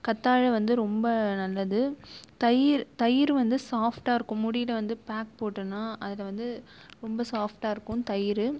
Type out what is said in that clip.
கத்தாழை வந்து ரொம்ப நல்லது தயிர் தயிர் வந்து சாஃப்டாயிருக்கும் முடியில் வந்து பேக் போட்டோம்னா அதில் வந்து ரொம்ப சாஃப்டாக இருக்கும் தயிர்